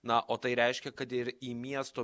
na o tai reiškia kad ir į miesto